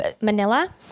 Manila